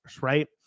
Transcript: right